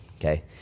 okay